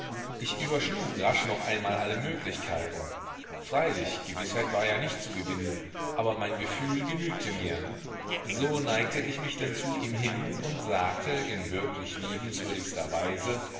ich überschlug rasch noch einmal alle möglichkeiten freilich gewißheit war ja nicht zu gewinnen aber mein gefühl genügte mir so neigte ich mich denn zu ihm hin und sagte in wirklich liebenswürdigster weise